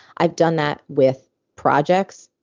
i've done that with projects,